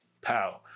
pow